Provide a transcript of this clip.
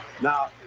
Now